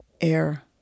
air